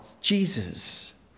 Jesus